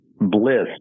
Bliss